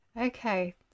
Okay